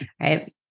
right